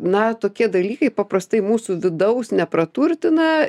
na tokie dalykai paprastai mūsų vidaus nepraturtina